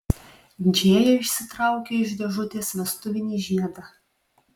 džėja išsitraukė iš dėžutės vestuvinį žiedą